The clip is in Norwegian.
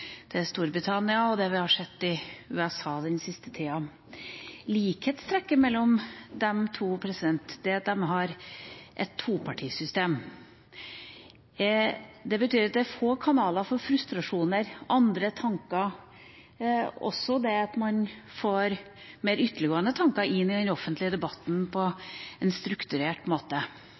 det er Storbritannia og det vi har sett i USA den siste tida. Likhetstrekket mellom de to er at de har et topartisystem. Det betyr at det er få kanaler for frustrasjoner og andre tanker og også det at man får mer ytterliggående tanker inn i den offentlige debatten på en strukturert måte.